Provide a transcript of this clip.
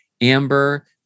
Amber